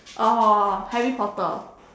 oh Harry-Potter